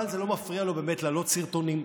אבל זה לא מפריע לו באמת להעלות סרטונים.